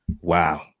Wow